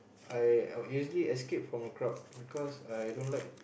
I I will usually escape from a crowd because I don't like